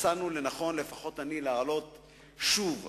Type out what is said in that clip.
מצאנו לנכון, לפחות אני, להעלות שוב ושוב,